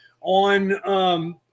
on